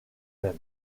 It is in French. même